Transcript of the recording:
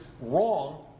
wrong